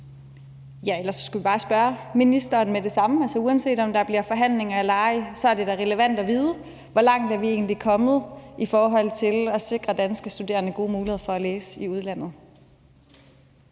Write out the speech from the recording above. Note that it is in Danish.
Ellers skulle vi bare spørge ministeren med det samme. Altså, uanset om der bliver forhandlinger eller ej, er det da relevant at vide. Hvor langt er vi egentlig kommet i forhold til at sikre danske studerende gode muligheder for at læse i udlandet?